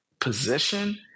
position